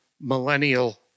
millennial